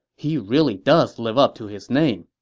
he really does live up to his name.